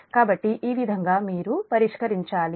కాబట్టి ఈ విధంగా మీరు పరిష్కరించాలి